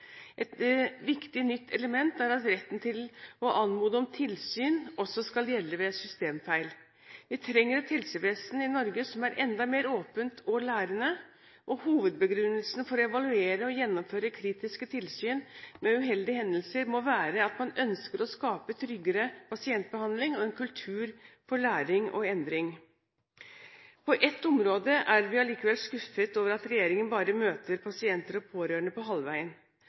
Et viktig, nytt element er at retten til å anmode om at tilsyn også skal gjelde ved systemfeil. Vi trenger et helsevesen i Norge som er enda mer åpent og lærende. Hovedbegrunnelsen for å evaluere og å gjennomføre kritiske tilsyn med uheldige hendelser må være at man ønsker å skape tryggere pasientbehandling og en kultur for læring og endring. På ett område er vi allikevel skuffet over at regjeringen bare møter pasienter og pårørende på halvveien.